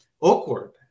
awkward